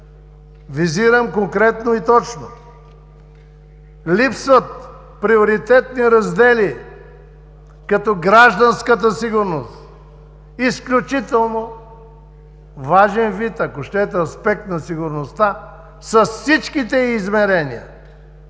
Визирам конкретно и точно! Липсват приоритетни раздели като гражданската сигурност – изключително важен вид аспект на сигурността с всичките й измерения.